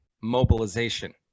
mobilization